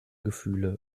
gefühle